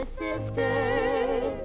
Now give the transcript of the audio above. sisters